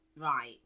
right